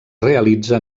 realitza